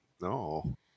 no